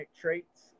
traits